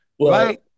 Right